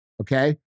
Okay